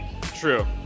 true